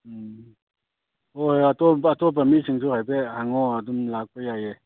ꯎꯝ ꯍꯣꯏ ꯑꯇꯣꯞꯄ ꯑꯇꯣꯞꯄ ꯃꯤꯁꯤꯡꯁꯨ ꯍꯥꯏꯐꯦꯠ ꯍꯪꯉꯣ ꯑꯗꯨꯝ ꯂꯥꯛꯄ ꯌꯥꯏꯌꯦ